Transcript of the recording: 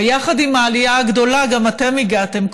ויחד עם העלייה הגדולה גם אתם הגעתם,